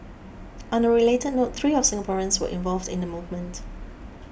on a related note three of Singaporeans were involved in the movement